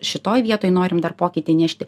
šitoj vietoj norim dar pokytį nešti